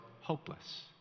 hopeless